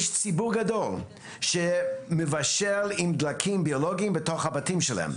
יש ציבור גדול שמבשל עם דלקים ביולוגיים בתוך הבית שלהם.